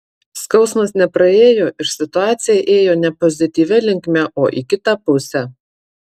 skausmas nepraėjo ir situacija ėjo ne pozityvia linkme o į kitą pusę